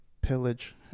pillage